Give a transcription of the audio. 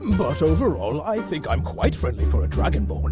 but overall, i think i'm quite friendly for a dragonborn